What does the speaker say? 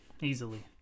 easily